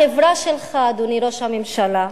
החברה שלך, אדוני ראש הממשלה,